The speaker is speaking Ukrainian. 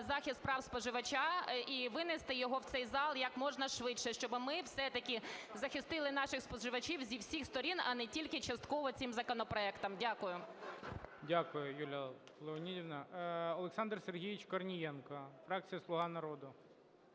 захист прав споживача і винести його в цей зал як можна швидше, щоби ми все-таки захистили наших споживачів зі всіх сторін, а не тільки частково цим законопроектом. Дякую. ГОЛОВУЮЧИЙ. Дякую, Юлія Леонідівна. Олександр Сергійович Корнієнко, фракція "Слуга народу".